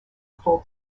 full